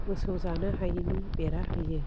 मोसौ जानो हायैनि बेरा होयो